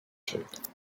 shape